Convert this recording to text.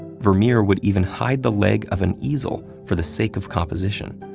vermeer would even hide the leg of an easel for the sake of composition.